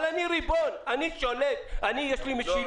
כל מטוס שמגיע לפה בעילה חוקית שאתה יודע שהוא מחכה פה למלא את